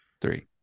three